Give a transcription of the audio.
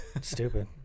Stupid